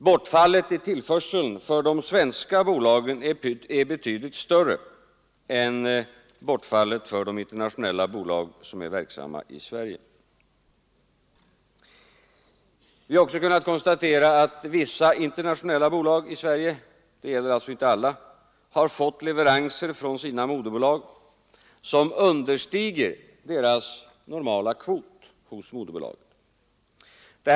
Bortfallet i tillförseln för de svenska bolagen är betydligt större än bortfallet för de internationella bolag som är verksamma i Sverige. Vi har också kunnat konstatera att vissa internationella bolag i Sverige — det gäller alltså inte alla — har fått leveranser från sina moderbolag, som understiger deras normala kvot hos moderbolaget.